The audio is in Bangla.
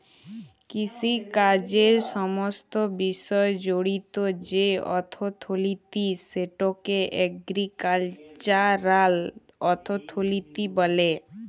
কিষিকাজের সমস্ত বিষয় জড়িত যে অথ্থলিতি সেটকে এগ্রিকাল্চারাল অথ্থলিতি ব্যলে